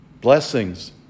blessings